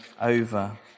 over